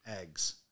eggs